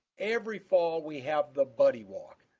every fall we have the buddy walk.